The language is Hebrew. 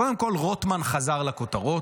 קודם כול, רוטמן חזר לכותרות.